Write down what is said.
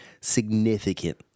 Significant